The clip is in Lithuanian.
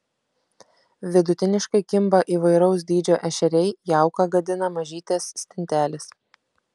vidutiniškai kimba įvairaus dydžio ešeriai jauką gadina mažytės stintelės